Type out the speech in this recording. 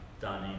done